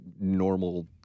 normal